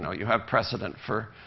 know, you have precedent for